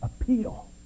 appeal